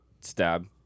Stab